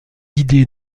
idées